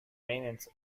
maintenance